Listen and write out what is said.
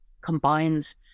combines